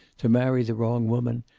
to marry the wrong woman,